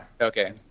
okay